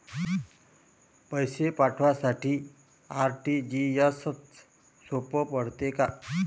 पैसे पाठवासाठी आर.टी.जी.एसचं सोप पडते का?